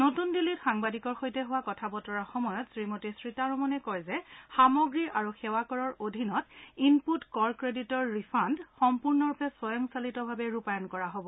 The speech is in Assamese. নতুন দিল্লীত সাংবাদিকৰ সৈতে হোৱা কথা বতৰাৰ সময়ত শ্ৰীমতী সীতাৰমণে কয় যে সামগ্ৰি আৰু সেৱাকৰৰ অধীনত ইনপূট কৰ ক্ৰেটিডৰ ৰিফাণ্ড সম্পূৰ্ণৰূপে স্বয়ংচালিতভাৱে ৰূপায়ণ কৰা হ'ব